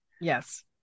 Yes